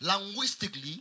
Linguistically